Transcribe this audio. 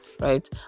right